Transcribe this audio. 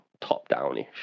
top-down-ish